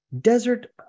desert